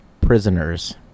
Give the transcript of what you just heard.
Prisoners